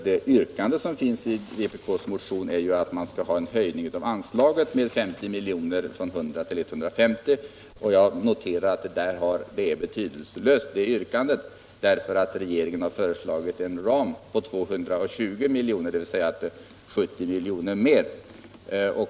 Det yrkande som finns i vpk:s motion innebär att man skall höja anslaget med 50 milj.kr., dvs. från 100 till 150 milj.kr., och jag noterar att detta yrkande är betydelselöst. Regeringen har ju föreslagit en ram på 220 milj.kr., dvs. ytterligare 70 milj.kr.